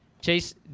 Chase